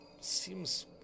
seems